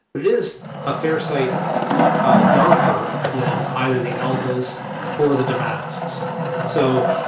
it is a fair sight darker than either the albas or the damasks. so